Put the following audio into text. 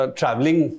traveling